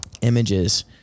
images